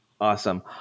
Awesome